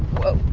whoa.